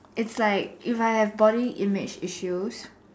it's like if I have body image issues